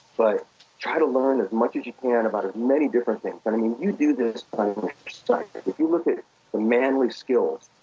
but try to learn as much as you can about as many different things but i mean you do this on your site. if you look at the manly skills,